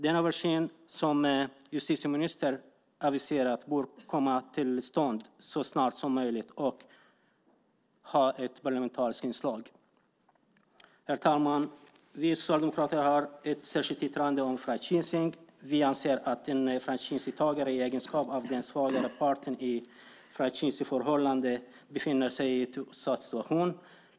Den översyn som justitieministern aviserat bör komma till stånd så snart som möjligt och ha ett parlamentariskt inslag. Herr talman! Vi socialdemokrater har ett särskilt yttrande om franchising. Vi anser att en franchisetagare i egenskap av den svagare parten i ett franchiseförhållande befinner sig i en utsatt situation.